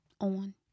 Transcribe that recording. on